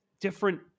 different